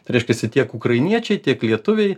reiškiasi tiek ukrainiečiai tiek lietuviai